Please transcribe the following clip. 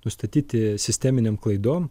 nustatyti sisteminėm klaidom